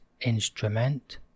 instrument